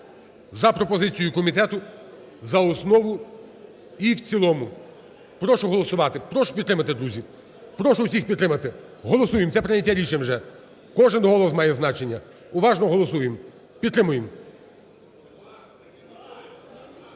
за пропозицією комітету за основу і в цілому. Прошу голосувати, прошу підтримати, друзі, прошу всіх підтримати, голосуємо, це прийняття рішення вже, кожен голос має значення, уважно голосуємо, підтримуємо.